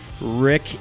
Rick